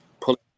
Pull